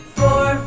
four